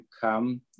come